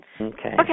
Okay